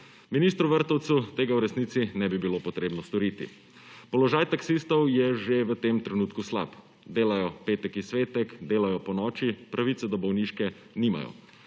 Ministru Vrtovcu tega v resnici ne bi bilo potrebno storiti. Položaj taksistov je že v tem trenutku slab, delajo petek in svetek, delajo ponoči, pravice do bolniške nimajo.